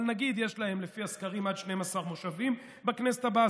אבל נגיד שיש להם לפי הסקרים עד 12 מושבים בכנסת הבאה,